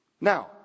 Now